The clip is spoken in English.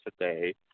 today